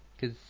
cause